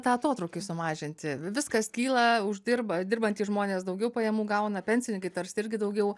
tą atotrūkį sumažinti viskas kyla uždirba dirbantys žmonės daugiau pajamų gauna pensininkai tarsi irgi daugiau